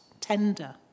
tender